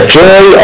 joy